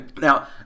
Now